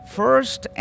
first